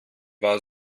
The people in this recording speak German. war